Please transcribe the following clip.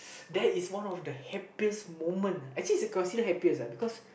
that is one of the happiest moment actually it's considered happiest uh because